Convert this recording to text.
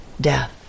death